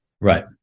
Right